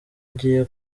ugiye